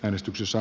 kannatan